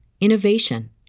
innovation